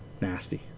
nasty